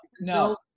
no